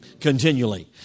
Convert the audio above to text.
Continually